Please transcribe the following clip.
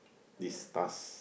this task